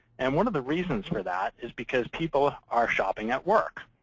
and one of the reasons for that is because people are shopping at work.